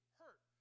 hurt